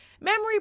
memory